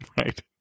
Right